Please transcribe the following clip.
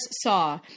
saw